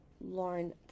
Lauren